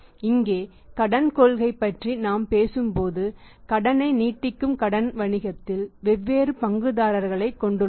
இங்கே கடன் கொள்கை பற்றி நாம் பேசும்போது கடனை நீட்டிக்கும் கடன் வணிகத்தில் வெவ்வேறு பங்குதாரர்களைக் கொண்டுள்ளது